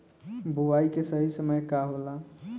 बुआई के सही समय का होला?